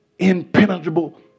impenetrable